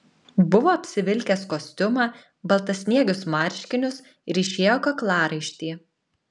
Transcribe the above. buvo apsivilkęs kostiumą baltasniegius marškinius ryšėjo kaklaraištį